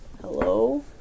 hello